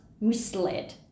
misled